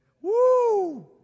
Woo